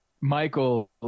Michael